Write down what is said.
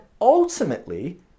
ultimately